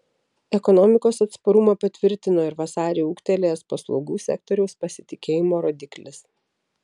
ekonomikos atsparumą patvirtino ir vasarį ūgtelėjęs paslaugų sektoriaus pasitikėjimo rodiklis